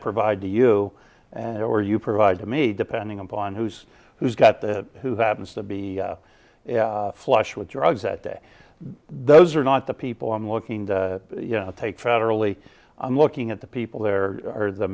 provide to you and or you provide to me depending upon who's who's got the who happens to be flush with drugs that day those are not the people i'm looking to take federally i'm looking at the people there are the